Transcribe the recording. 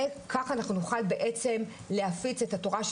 וככה אנחנו נוכל בעצם להפיץ את התורה של